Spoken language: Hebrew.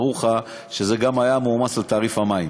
ברור לך שגם זה היה מועמס על תעריף המים.